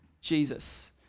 Jesus